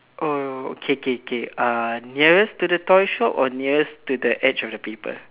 oh K K K uh nearest to the toy shop or nearest to the edge of the paper